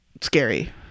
scary